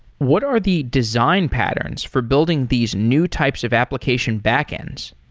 what are the design patterns for building these new types of application backends?